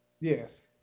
Yes